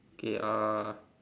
okay uh